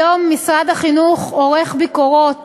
היום משרד החינוך עורך ביקורות